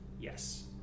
yes